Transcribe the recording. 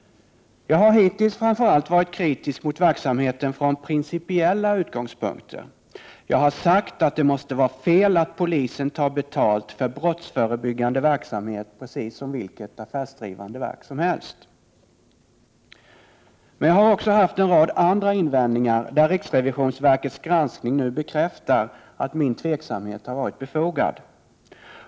Jag har hittills framför allt varit kritisk mot verksamheten från principiella utgångspunkter. Jag har sagt att det måste vara fel att polisen tar betalt för brottsförebyggande verksamhet precis som vilket affärsdrivande verk som helst. Men jag har också haft en rad andra invändningar, där riksrevisionsverkets granskning nu bekräftar att min tveksamhet har varit befogad.